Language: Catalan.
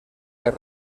les